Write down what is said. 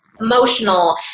emotional